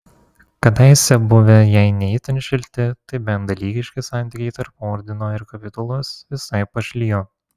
kadaise buvę jei ne itin šilti tai bent dalykiški santykiai tarp ordino ir kapitulos visai pašlijo